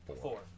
Four